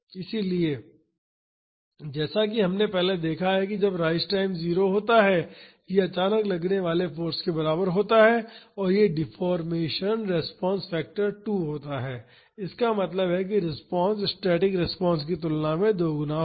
इसलिए जैसा कि हमने पहले देखा है जब राइज टाइम 0 होता है यह अचानक लगने वाले फाॅर्स के बराबर होता है और यह डिफ़ॉर्मेशन रिस्पांस फैक्टर 2 होता है इसका मतलब है कि रिस्पांस स्टैटिक रिस्पांस की तुलना में दोगुनी होगी